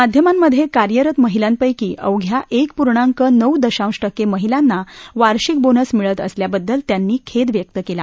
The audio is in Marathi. माध्यमांमधक्रिार्यरत महिलांपैकी अवघ्या एक पूर्णांक नऊ दशांश टक्क महिलांना वार्षिक बोनस मिळत असल्याबद्दल त्यांनी खद्दव्यक्त कला